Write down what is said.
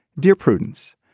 dear prudence.